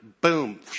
Boom